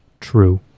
true